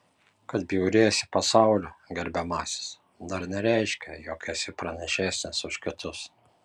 kad bjauriesi pasauliu gerbiamasis dar nereiškia jog esi pranašesnis už kitus